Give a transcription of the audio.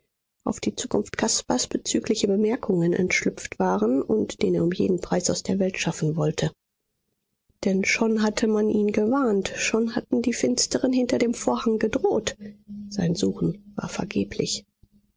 auf die zukunft caspars bezügliche bemerkungen entschlüpft waren und den er um jeden preis aus der welt schaffen wollte denn schon hatte man ihn gewarnt schon hatten die finsteren hinter dem vorhang gedroht sein suchen war vergeblich